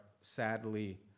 sadly